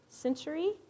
century